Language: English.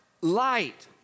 Light